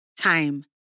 Time